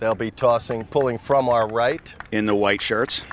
they'll be tossing pulling from our right in the white shirts